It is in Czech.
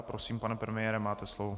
Prosím, pane premiére, máte slovo.